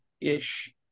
ish